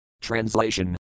Translation